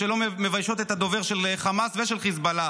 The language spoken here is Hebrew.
שלא מביישים את הדובר של חמאס ושל חיזבאללה,